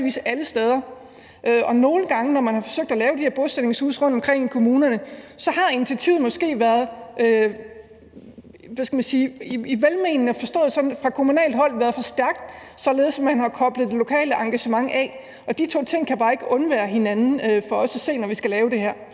Nogle gange, når man har forsøgt at lave de her bosætningshuse rundtomkring i kommunerne, har initiativet måske velmenende fra kommunalt hold været for stærkt, således at man har koblet det lokale engagement af. Og de to instanser kan for os at se bare ikke undvære hinanden, når man skal lave det her.